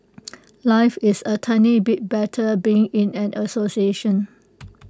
life is A tiny bit better being in an association